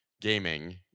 gaming